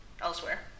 elsewhere